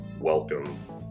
Welcome